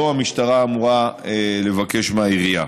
לא המשטרה אמורה לבקש מהעירייה.